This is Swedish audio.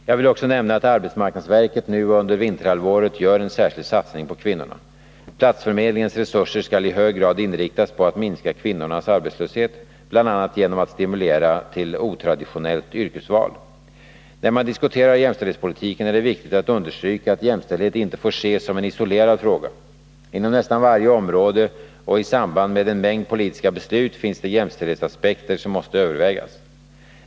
Jag vill också nämna att arbetsmarknadsverket nu under vinterhalvåret gör en särskild satsning på kvinnorna. Platsförmedlingens resurser skall i hög grad inriktas på att minska kvinnornas arbetslöshet, bl.a. genom att stimulera till otraditionellt yrkesval. När man diskuterar jämställdhetspolitiken är det viktigt att understryka att jämställdhet inte får ses som en isolerad fråga. Inom nästan varje område och i samband med en mängd politiska beslut finns det jämställdhetsaspekter som måste övervägas.